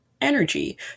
Energy